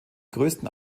größten